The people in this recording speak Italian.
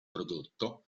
prodotto